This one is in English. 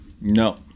No